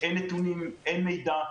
אין נתונים ואין מידע.